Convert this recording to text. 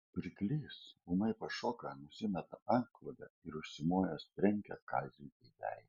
pirklys ūmai pašoka nusimeta antklodę ir užsimojęs trenkia kaziui į veidą